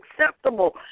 acceptable